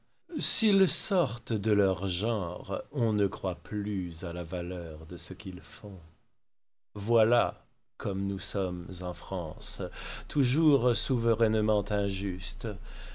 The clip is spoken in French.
s'ils sortent de leur genre on ne croit plus à la valeur de ce qu'ils font voilà comme nous sommes en france toujours souverainement injustes